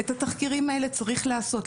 את התחקירים האלה צריך לעשות,